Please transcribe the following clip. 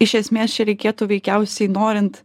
iš esmės čia reikėtų veikiausiai norint